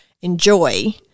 enjoy